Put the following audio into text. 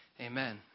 Amen